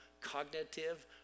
cognitive